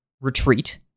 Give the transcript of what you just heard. retreat